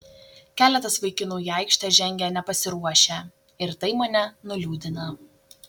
keletas vaikinų į aikštę žengę nepasiruošę ir tai mane nuliūdina